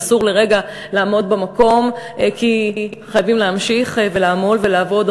ואסור לרגע לעמוד במקום כי חייבים להמשיך ולעמול ולעבוד.